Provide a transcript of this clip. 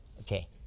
Okay